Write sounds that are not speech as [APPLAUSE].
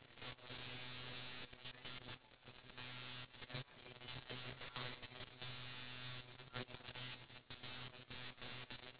I also got inspired to go to verona in italy because one of my favourite movies they actually film them there and I like the [BREATH] architecture